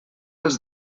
els